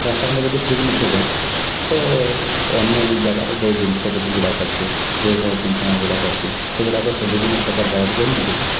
ରାସ୍ତାଘାଟ ଯଦି ଠିକ୍ ନଥିବ ତ ଅନ୍ୟ ଯେଉଁ ଜାଗାରୁ ଯେଉଁ ଜିନଷଗୁଡ଼ାକ ଅଛି ଯେଉଁ କଞ୍ଚାମାଲ ଗୁଡ଼ାକ ଅଛି ସେଗୁଡ଼ାକ ସବୁ ବିଭିନ୍ନ ପ୍ରକାର ଜାଗାକୁ କେମିତି ଯିବ